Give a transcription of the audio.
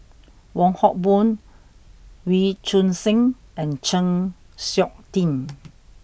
Wong Hock Boon Wee Choon Seng and Chng Seok Tin